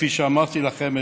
כפי שאמרתי לכם,